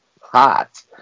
Hot